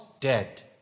dead